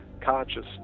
consciousness